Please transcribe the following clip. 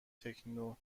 تکنوکرات